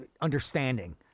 understanding